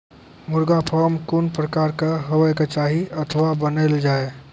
मुर्गा फार्म कून प्रकारक हेवाक चाही अथवा बनेल जाये?